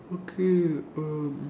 okay um